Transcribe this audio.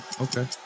okay